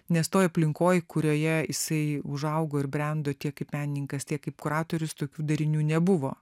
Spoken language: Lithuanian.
nes toj aplinkoj kurioje jisai užaugo ir brendo tiek kaip menininkas tiek kaip kuratorius tokių derinių nebuvo